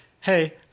Hey